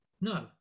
No